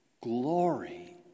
glory